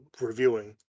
reviewing